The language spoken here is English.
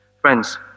Friends